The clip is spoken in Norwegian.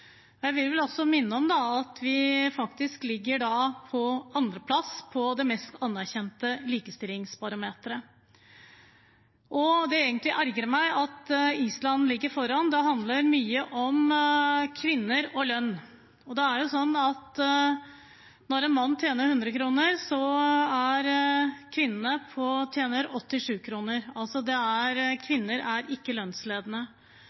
Jeg vil også minne om at vi ligger på andre plass på det mest anerkjente likestillingsbarometeret. Det ergrer meg egentlig at Island ligger foran. Det handler mye om kvinner og lønn. Når en mann tjener 100 kr, tjener kvinnen 87 kr. Kvinner er altså ikke lønnsledende. Dette handler i stor grad om kvinners deltagelse i næringslivet. Det handler om det